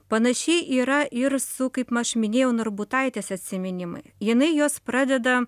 panašiai yra ir su kaip aš minėjau narbutaitės atsiminimai jinai juos pradeda